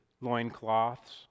loincloths